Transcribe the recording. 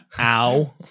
Ow